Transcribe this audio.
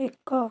ଏକ